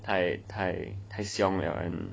太太凶了